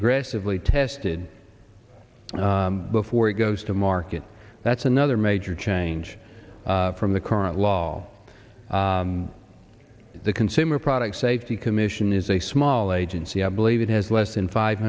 aggressively tested before it goes to market that's another major change from the current law the consumer product safety commission is a small agency i believe it has less than five